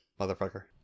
motherfucker